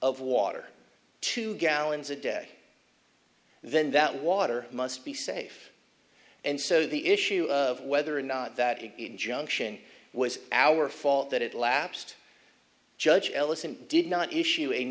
of water two gallons a day then that water must be safe and so the issue of whether or not that it injunction was our fault that it lapsed judge ellison did not issu